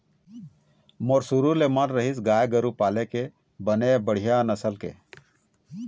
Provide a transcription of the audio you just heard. मोर शुरु ले मन रहिस गाय गरु पाले के बने बड़िहा नसल के